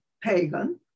pagan